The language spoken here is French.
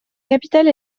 capitale